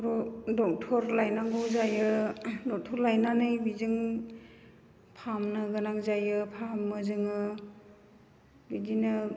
doctor लायनांगौ जायो doctor लायनानै बेजों फाहामनो गोनां जायो फाहामो जोङो बिदिनो